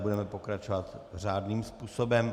Budeme pokračovat řádným způsobem.